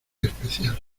especial